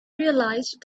realized